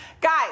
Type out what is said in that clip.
Guys